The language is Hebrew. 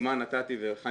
כדוגמה נתתי, וחני